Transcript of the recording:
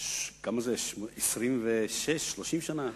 30 שנה,